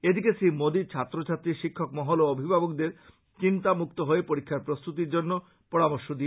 এদিকে শ্রী মোদী ছাত্রছাত্রী শিক্ষক মহল ও অভিভাবকদের চিন্তামুক্ত হয়ে পরীক্ষার প্রস্তুতির জন্য কিছু পরামর্শ দিয়েছেন